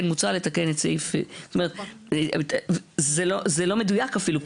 כן מוצע לתקן את סעיף זה לא מדויק אפילו,